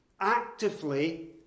actively